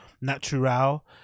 natural